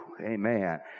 amen